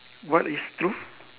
what is true